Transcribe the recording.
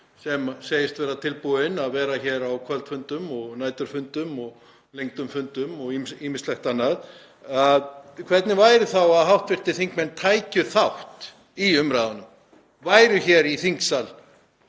sem segist vera tilbúin að vera hér á kvöldfundum og næturfundum og lengdum fundum og ýmislegt annað; hvernig væri þá að hv. þingmenn tækju þátt í umræðunni, væru hér í þingsal